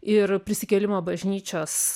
ir prisikėlimo bažnyčios